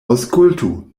aŭskultu